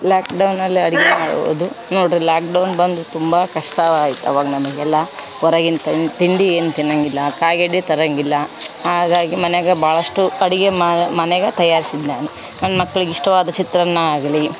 lock ಡೌನಲ್ಲಿ ಅಡುಗೆ ಮಾಡುವುದು ನೋಡಿರಿ ಲಾಕ್ ಡೌನ ಬಂದು ತುಂಬ ಕಷ್ಟವಾಯ್ತು ಆವಾಗ ನಮಗೆಲ್ಲ ಹೊರಗಿಂದು ಟೈಮಿಗೆ ತಿಂಡಿ ಏನೂ ತಿನ್ನೊಂಗಿಲ್ಲ ಕಾಯಿಗಡ್ಡೆ ತರೊಂಗಿಲ್ಲ ಹಾಗಾಗಿ ಮನೆಯಾಗ ಭಾಳಷ್ಟು ಅಡುಗೆ ಮನೆಗ ತಯಾರಿಸಿದೆ ನಾನು ನನ್ನ ಮಕ್ಳಿಗೆ ಇಷ್ಟವಾದ ಚಿತ್ರಾನ್ನ ಆಗಲಿ